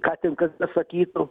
ką ten kas besakytų